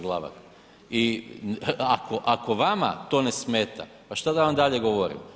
Glavak i, ako, ako vama to ne smeta, pa šta da vam dalje govorim.